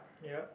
yup